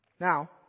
Now